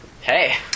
Hey